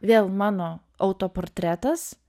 vėl mano autoportretas